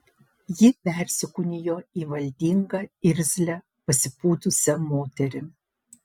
ji persikūnijo į valdingą irzlią pasipūtusią moterį